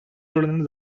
oranını